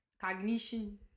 Cognition